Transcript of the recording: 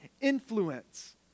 influence